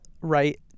right